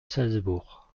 salzbourg